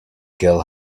girl